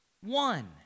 one